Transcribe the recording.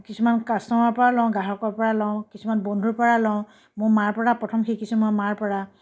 কিছুমান কাষ্টমাৰৰ পৰা লওঁ গ্ৰাহকৰ পৰা লওঁ কিছুমান বন্ধুৰ পৰা লওঁ মোৰ মাৰ পৰা প্ৰথম শিকিছোঁ মই মাৰ পৰা